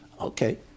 Okay